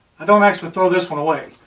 i don't actually throw this one away.